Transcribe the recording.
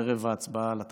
ערב ההצבעה על התקציב,